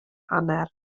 hanner